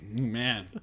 man